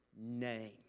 name